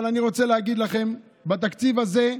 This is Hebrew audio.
אבל אני רוצה להגיד לכם, בתקציב הזה,